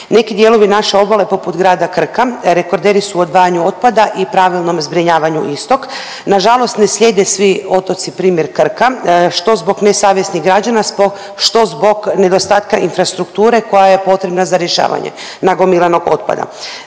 Neki dijelovi naše obale poput grada Krka rekorderi su u odvajanju otpada i pravilnom zbrinjavanju istog. Na žalost ne slijede svi otoci primjer Krka, što zbog nesavjesnih građana, što zbog nedostatka infrastrukture koja je potrebna za rješavanje nagomilanog otpada.